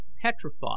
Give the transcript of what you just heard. petrified